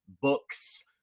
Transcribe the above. books